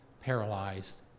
paralyzed